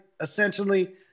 essentially